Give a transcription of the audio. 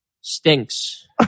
stinks